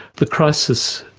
the crisis,